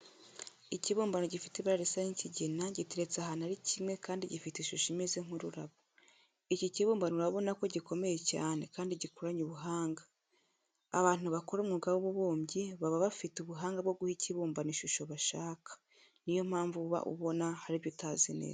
Ikibumbano gifite ibara risa nk'ikigina giteretse ahantu ari kimwe kandi gifite ishusho imeze nk'ururabo. Iki kibumbano urabona ko gikomeye cyane kandi bagikoranye ubuhanga. Abantu bakora umwuga w'ububumbyi baba bafite ubuhanga bwo guha ikibumbano ishusho bashaka, ni yo mpamvu uba ubona hari n'ibyo utazi neza.